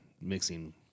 mixing